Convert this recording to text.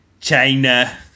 China